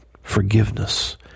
forgiveness